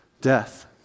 death